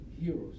heroes